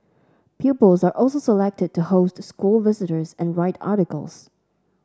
pupils are also selected to host school visitors and write articles